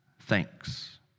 thanks